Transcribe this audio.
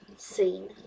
seen